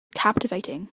captivating